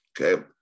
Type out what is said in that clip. okay